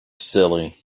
silly